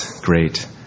great